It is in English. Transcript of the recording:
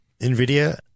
nvidia